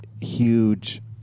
huge